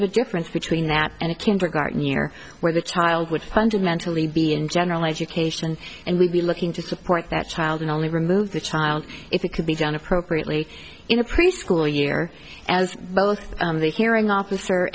of a difference between that and a kindergarten year where the child would fundamentally be in general education and we'd be looking to support that child and only remove the child if it could be done appropriately in a preschool year as both the hearing officer